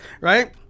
right